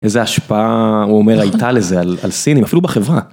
איזה השפעה הוא אומר הייתה לזה על סינים אפילו בחברה.